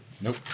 Nope